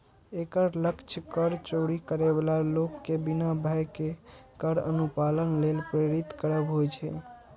एकर लक्ष्य कर चोरी करै बला लोक कें बिना भय केर कर अनुपालन लेल प्रेरित करब होइ छै